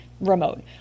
remote